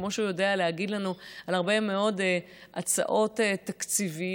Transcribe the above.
כמו שהוא יודע להגיד לנו על הרבה מאוד הצעות תקציביות: